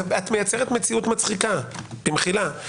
את מייצרת מציאות מצחיקה, במחילה.